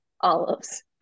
olives